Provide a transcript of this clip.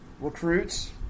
recruits